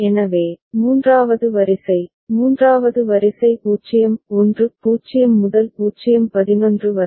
எனவே மூன்றாவது வரிசை மூன்றாவது வரிசை 0 1 0 முதல் 0 11 வரை